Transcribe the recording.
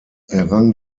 errang